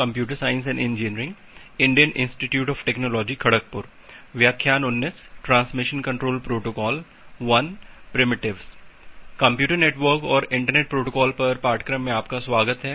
computer network और internet protocol पर पाठ्यक्रम में आपका स्वागत है